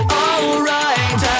alright